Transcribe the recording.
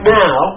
now